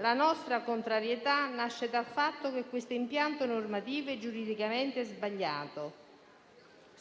La nostra contrarietà nasce dal fatto che questo impianto normativo è giuridicamente sbagliato,